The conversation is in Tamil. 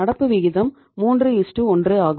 நடப்பு விகிதம் 3 1 ஆகும்